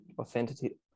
authenticity